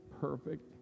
perfect